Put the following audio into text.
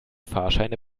fahrscheine